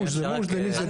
מושט זה מושט, דניס זה דניס.